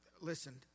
listen